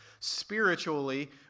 Spiritually